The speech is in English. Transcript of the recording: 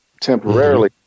temporarily